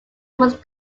was